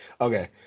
Okay